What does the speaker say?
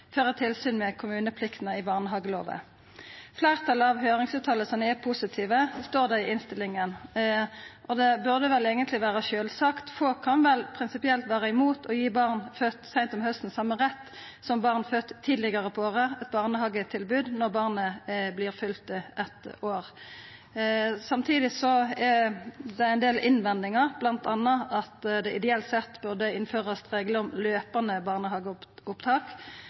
føra tilsyn med kommunepliktene i barnehageloven. Fleirtalet av høyringsutsegnene er positive, står det i innstillinga. Det burde eigentleg vera sjølvsagt, få kan vel prinsipielt vera imot å gi barn fødde seint om hausten same rett som barn fødde tidlegare på året, til eit barnehagetilbod når barnet fyller eitt år. Samtidig er det ein del innvendingar, bl.a. at det ideelt sett burde verta innført regel om kontinuerleg barnehageopptak,